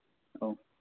औ